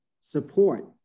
support